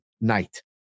night